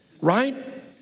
right